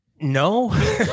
No